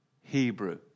Hebrew